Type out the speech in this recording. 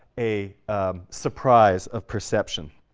a surprise of perception.